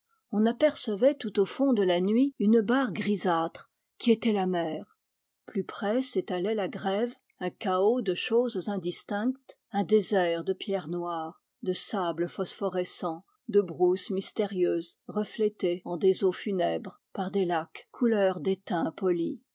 on apercevait tout au fond de la nuit une barre grisâtre qui était la mer plus près s'étalait la grève un chaos de choses indistinctes un désert de pierres noires de sables phosphorescents de brousses mystérieuses reflétées en des eaux funèbres par des lacs couleur d'étain poli